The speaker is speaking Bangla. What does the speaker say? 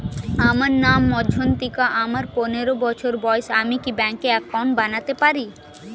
আমার নাম মজ্ঝন্তিকা, আমার পনেরো বছর বয়স, আমি কি ব্যঙ্কে একাউন্ট বানাতে পারি?